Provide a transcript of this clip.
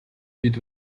бид